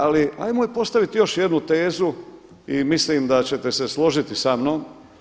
Ali hajmo postaviti još jednu tezu i mislim da ćete se složiti sa mnom.